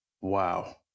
Wow